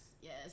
Yes